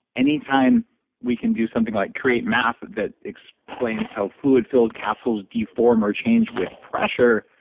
anytime we can do something like create math that explains how fluid filled capsules deform or change with pressure,